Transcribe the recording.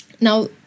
Now